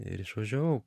ir išvažiavau